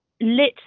lit